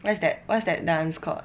what's that what's that dance called